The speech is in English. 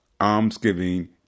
almsgiving